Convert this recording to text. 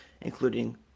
including